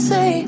Say